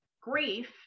grief